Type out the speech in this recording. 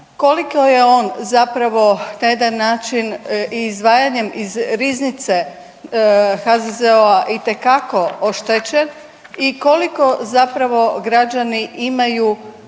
Koliko je on zapravo na jedan način izdvajanjem iz riznice HZZO-a itekako oštećen? I koliko zapravo građani imaju